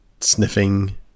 sniffing